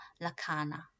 lakana